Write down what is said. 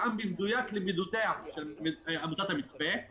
שיותאם במדויק למידותיה של עמותת המצפה,